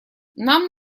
нам